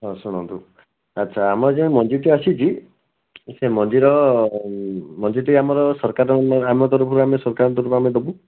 ହଁ ଶୁଣନ୍ତୁ ଆଛା ଆମର ଯେଉଁ ମଞ୍ଜିଟି ଆସିଛି ସେ ମଞ୍ଜିର ମଞ୍ଜିଟି ଆମର ସରକାରଙ୍କ ଆମେ ତରଫରୁ ଆମେ ସରକାରଙ୍କ ତରଫରୁ ଆମେ ଦେବୁ